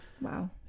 Wow